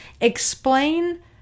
explain